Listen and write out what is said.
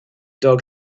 dog